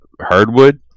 hardwood